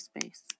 Space